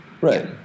Right